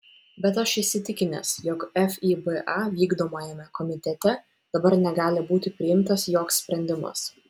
bet aš įsitikinęs jog fiba vykdomajame komitete dabar negali būti priimtas joks sprendimas